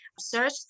search